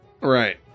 Right